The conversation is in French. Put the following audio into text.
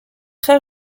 très